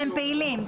פעילים.